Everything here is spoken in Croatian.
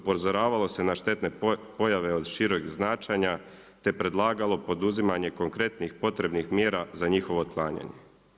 Upozoravalo se na štetne pojave od šireg značenja te predlagalo poduzimanje konkretnih potrebnih mjera za njihovo otklanjanje.